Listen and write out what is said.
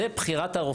זה בחירת הרופא.